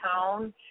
town